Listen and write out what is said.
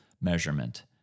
measurement